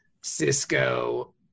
Cisco